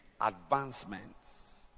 advancements